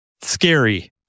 scary